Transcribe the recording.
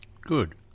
Good